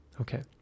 Okay